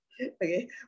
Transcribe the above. okay